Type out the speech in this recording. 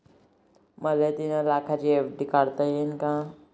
मले तीन लाखाची एफ.डी काढता येईन का?